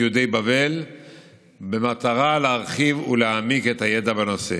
יהודי בבל במטרה להרחיב ולהעמיק את הידע בנושא.